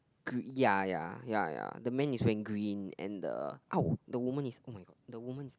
green ya ya ya ya the man is wearing green and the !ow! the woman is oh-my-god the woman is